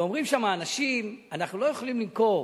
ואומרים שם אנשים: אנחנו לא יכולים למכור,